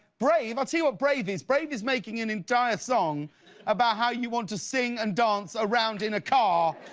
brave, i see what brave is, brave is making an entire song about how you want to sing and dance around in a car